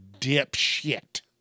dipshit